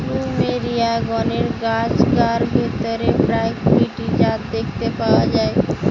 plumeria গণের গাছগার ভিতরে প্রায় কুড়ি টি জাত দেখতে পাওয়া যায়